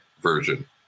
version